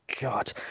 God